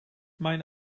mijn